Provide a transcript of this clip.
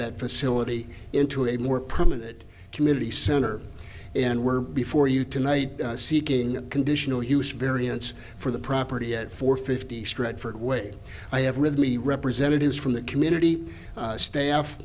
that facility into a more permanent community center and we're before you tonight seeking a conditional use variance for the property at four fifty stretford way i have with me representatives from the community